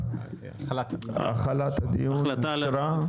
ההחלטה על החלת דין רציפות אושרה.